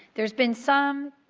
there has been some,